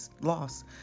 loss